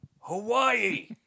Hawaii